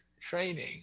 training